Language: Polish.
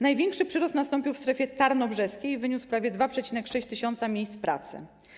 Największy przyrost nastąpił w strefie tarnobrzeskiej i wyniósł prawie 2,6 tys. miejsc pracy.